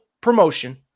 promotion